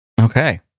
Okay